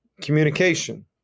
communication